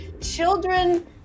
Children